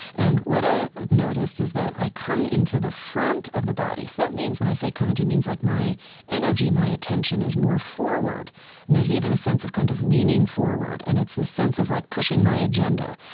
and what i've noticed is that i come into the front of the body so that means when i say come into means like my energy, my attention is more forward and there's even a sense of kind of leaning forward and it's the sense of like pushing my agenda.